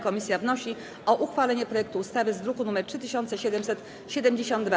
Komisja wnosi o uchwalenie projektu ustawy z druku nr 3772.